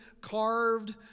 carved